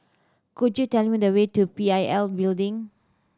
could you tell me the way to P I L Building